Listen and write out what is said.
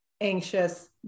anxious